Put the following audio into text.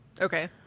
okay